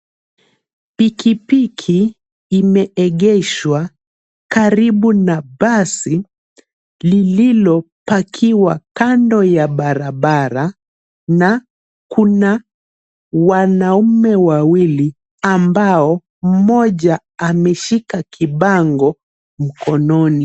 Pikipiki imeegeshwa karibu na basi lililopakiwa kando ya barabara na kuna wanaume wawili ambao mmoja ameshika kibango mkononi.